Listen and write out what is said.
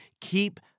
Keep